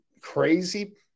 crazy